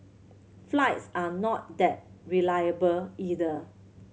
flights are not that reliable either